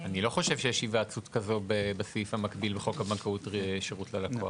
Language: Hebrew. אני לא חושב שיש היוועצות כזו בסעיף המקביל בחוק הבנקאות (שירות ללקוח).